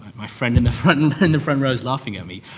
my friend in the front and and the front row is laughing at me.